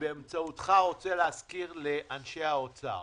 באמצעותך אני רוצה להזכיר לאנשי האוצר,